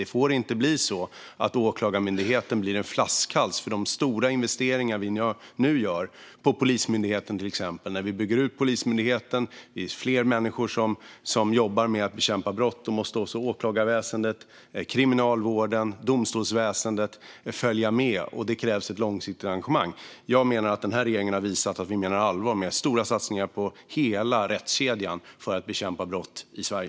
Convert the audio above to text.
Det får inte bli så att Åklagarmyndigheten blir en flaskhals för de stora investeringar som vi nu gör på till exempel Polismyndigheten. När vi bygger ut Polismyndigheten blir det fler människor som jobbar med att bekämpa brott. Då måste också åklagarväsendet, kriminalvården och domstolsväsendet följa med, och det krävs ett långsiktigt engagemang. Jag menar att denna regering har visat att man menar allvar med stora satsningar på hela rättskedjan för att bekämpa brott i Sverige.